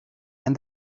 and